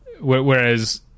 whereas